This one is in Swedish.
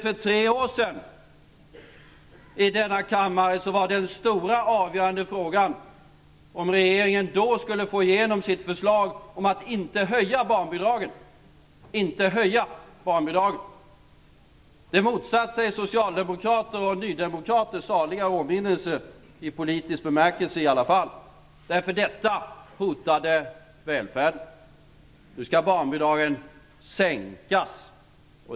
För tre år sedan var den stora avgörande frågan i denna kammare om regeringen skulle få igenom sitt förslag om att inte höja barnbidraget. Det motsatte sig socialdemokrater och nydemokrater. Nydemokraterna är saliga i åminnelse, åtminstone i politisk bemärkelse. Det här hotade välfärden. Nu skall barnbidragen sänkas.